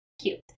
Cute